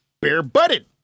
bare-butted